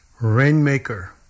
Rainmaker